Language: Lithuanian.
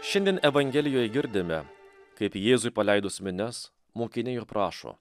šiandien evangelijoj girdime kaip jėzui paleidus minias mokiniai ir prašo